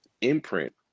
imprint